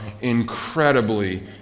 incredibly